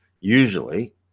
usually